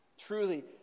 Truly